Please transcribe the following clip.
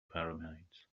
pyramids